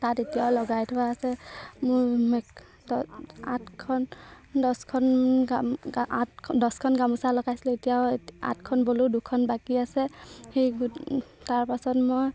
তাঁত এতিয়াও লগাই থোৱা আছে মোৰ আঠখন দহখন গাম আঠ দহখন গামোচা লগাইছিলোঁ এতিয়াও আঠখন বলোঁ দুখন বাকী আছে সেই তাৰপাছত মই